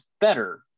better